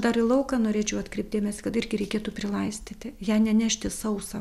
dar į lauką norėčiau atkreipt dėmesį kad irgi reikėtų prilaistyti ją nenešti sausą